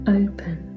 open